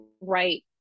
right